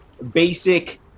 basic